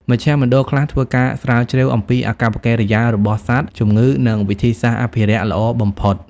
មជ្ឈមណ្ឌលខ្លះធ្វើការស្រាវជ្រាវអំពីអាកប្បកិរិយារបស់សត្វ ជំងឺ និងវិធីសាស្រ្តអភិរក្សល្អបំផុត។